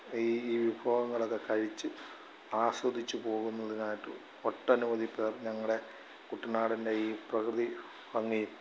ഈ വിഭവങ്ങളൊക്കെ കഴിച്ച് ആസ്വദിച്ച് പോകുന്നതിനായിട്ട് ഒട്ടനവധിപ്പേർ ഞങ്ങളുടെ കുട്ടനാടിൻ്റെ ഈ പ്രകൃതി ഭംഗി